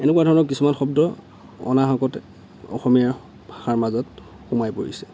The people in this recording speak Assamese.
এনেকুৱা ধৰণৰ কিছুমান শব্দ অনাহকতে অসমীয়া ভাষাৰ মাজত সোমাই পৰিছে